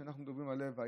כשאנחנו מדברים על לב,